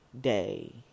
day